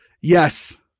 Yes